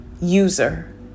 user